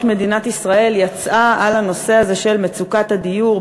מדינת ישראל יצאה על הנושא הזה של מצוקת הדיור,